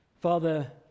Father